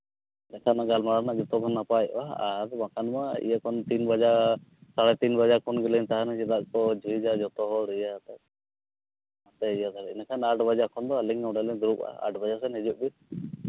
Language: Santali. ᱜᱟᱞᱢᱟᱨᱟᱣ ᱫᱚ ᱡᱚᱛᱚᱜᱮ ᱱᱟᱯᱟᱭᱚᱜᱼᱟ ᱟᱨ ᱵᱟᱠᱷᱟᱱ ᱤᱭᱟᱹ ᱠᱷᱚᱱ ᱛᱤᱱ ᱵᱟᱡᱟ ᱥᱟᱲᱮ ᱛᱤᱱ ᱵᱟᱡᱟ ᱠᱷᱚᱱ ᱜᱮᱞᱤᱧ ᱛᱟᱦᱮᱱᱟ ᱪᱮᱫᱟᱜ ᱠᱚ ᱡᱷᱤᱡᱟ ᱡᱚᱛᱚ ᱦᱚᱲ ᱤᱭᱟᱹ ᱟᱛᱮ ᱤᱱᱟᱹᱠᱷᱟᱱ ᱟᱴ ᱵᱟᱡᱮ ᱠᱷᱚᱱᱫᱚ ᱟᱹᱞᱤᱧ ᱱᱚᱰᱮᱞᱤᱧ ᱫᱩᱲᱩᱵᱼᱟ ᱟᱴ ᱵᱟᱡᱮ ᱥᱮᱫ ᱦᱤᱡᱩᱜ ᱵᱤᱱ